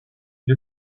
you